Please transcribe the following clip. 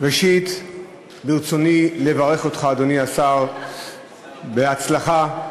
ראשית ברצוני לברך אותך, אדוני השר, בהצלחה.